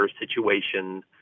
situation